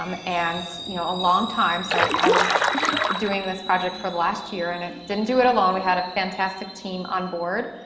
um and you know a long time. so, i was doing this project for the last year, and i didn't do it alone. we had a fantastic team on board